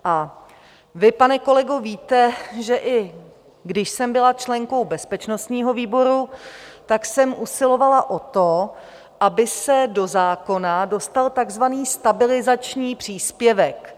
A vy, pane kolego, víte, že i když jsem byla členkou bezpečnostního výboru, tak jsem usilovala o to, aby se do zákona dostal takzvaný stabilizační příspěvek.